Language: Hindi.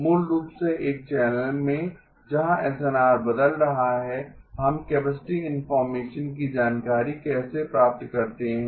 मूल रूप से एक चैनल में जहां एसएनआर बदल रहा है हम कैपेसिटी इनफार्मेशन की जानकारी कैसे प्राप्त करते हैं